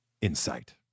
insight